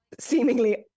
seemingly